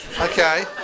Okay